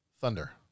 Thunder